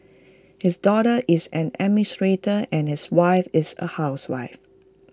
his daughter is an administrator and his wife is A housewife